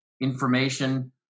information